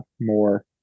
more